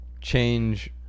change